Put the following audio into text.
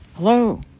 Hello